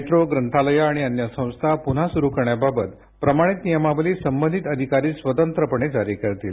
metro ग्रंथालयं आणि अन्य संस्था पुन्ही सुरु करण्याबाबत प्रमाणित नियमावली संबंधित अधिकारी स्वतंत्रपणे जारी करतील